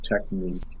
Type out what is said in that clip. technique